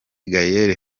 gaël